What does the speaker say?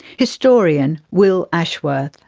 historian will ashworth.